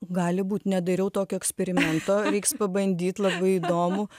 gali būt nedariau tokio eksperimento reiks pabandyt labai įdomu